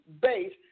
base